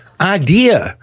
idea